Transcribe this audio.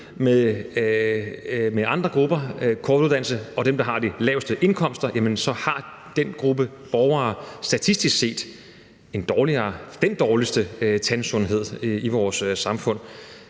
med en kort uddannelse og de laveste indkomster, jamen så har den gruppe borgere statistisk set den dårligste tandsundhed i vores samfund.